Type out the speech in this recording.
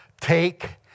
Take